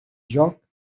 joc